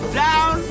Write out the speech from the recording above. down